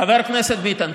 חבר הכנסת ביטן,